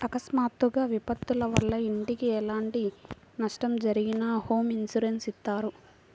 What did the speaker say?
అకస్మాత్తుగా విపత్తుల వల్ల ఇంటికి ఎలాంటి నష్టం జరిగినా హోమ్ ఇన్సూరెన్స్ ఇత్తారు